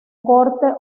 corte